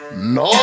No